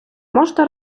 можете